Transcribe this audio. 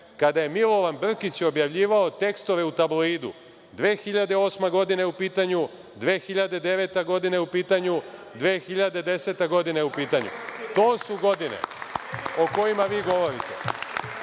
kada je Milovan Brkić objavljivao tekstove u Tabloidu. U pitanju je 2008. godina, 2009. godina je u pitanju, 2010. godina je u pitanju. To su godine o kojima vi govorite.